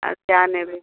আর যা নেবে